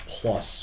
plus